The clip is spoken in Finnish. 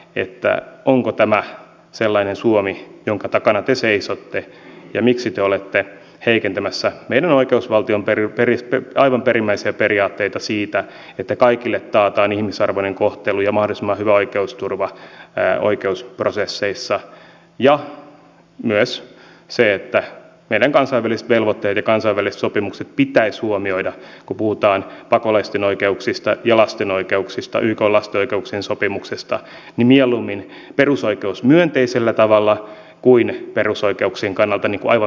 että onko tämä sellainen suomi jonka takana te seisotte ja miksi te olette heikentämässä meidän oikeusvaltion aivan perimmäisiä periaatteita siitä että kaikille taataan ihmisarvoinen kohtelu ja mahdollisimman hyvä oikeusturva oikeusprosesseissa ja myös meidän kansainväliset velvoitteet ja kansainväliset sopimukset pitäisi huomioida kun puhutaan pakolaisten oikeuksista ja lasten oikeuksista ykn lasten oikeuksien sopimuksesta mieluummin perusoikeus myönteisellä tavalla kuin perusoikeuksien kannalta aivan minimaalisella tavalla